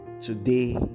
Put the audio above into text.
today